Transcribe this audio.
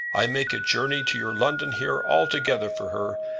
i make a journey to your london here altogether for her.